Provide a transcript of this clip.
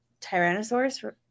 Tyrannosaurus